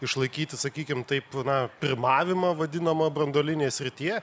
išlaikyti sakykim taip na pirmavimą vadinamą branduolinėje srityje